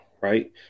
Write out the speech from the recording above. right